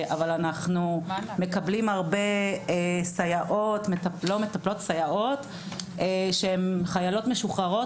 אבל אנחנו מקבלים הרבה סייעות לא מטפלות שהן חיילות משוחררות.